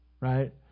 right